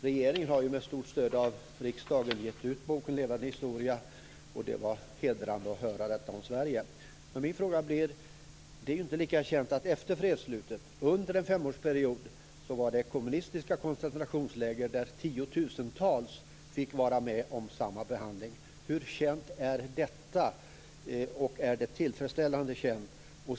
Regeringen har, med stort stöd av riksdagen, gett ut boken Levande historia, och det var hedrande att höra detta om Sverige. Men det är ju inte lika känt att efter fredsslutet, under en femårsperiod, fanns det kommunistiska koncentrationsläger där tiotusentals fick vara med om samma behandling. Min fråga blir: Hur känt är detta? Är det tillfredsställande känt?